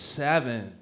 seven